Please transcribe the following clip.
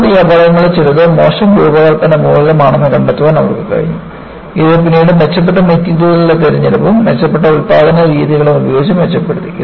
കൂടാതെ ഈ അപകടങ്ങളിൽ ചിലത് മോശം രൂപകൽപ്പന മൂലമാണെന്ന് കണ്ടെത്താൻ അവർക്ക് കഴിഞ്ഞു ഇത് പിന്നീട് മെച്ചപ്പെട്ട മെറ്റീരിയലുകളുടെ തിരഞ്ഞെടുപ്പും മെച്ചപ്പെട്ട ഉൽപാദന രീതികളും ഉപയോഗിച്ച് മെച്ചപ്പെടുത്തി